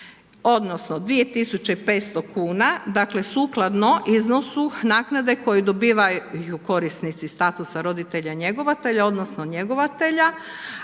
odnosno, 2500 kn, dakle, sukladno iznosu naknade koju dobivaju korisnici statusa roditelja njegovatelja, odnosno, njegovatelja,